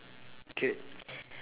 good